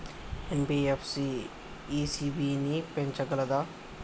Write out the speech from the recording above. NBFC ECB ని పెంచగలదా?